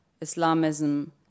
Islamism